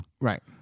Right